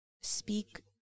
speak